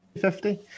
Fifty